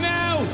now